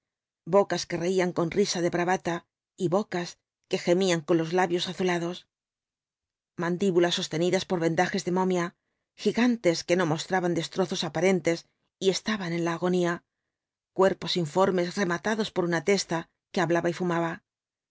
bocas que reían con risa de bravata y bocas que gemían con los labios azulados mandíbulas sostenidas por vendajes de momia gigantes que no mostraban destrozos aparentes y estaban en la agonía cuerpos informes rematados por una testa que hablaba y fumaba